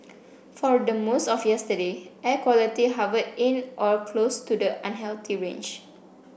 for the most of yesterday air quality hovered in or close to the unhealthy range